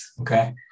Okay